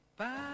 Bye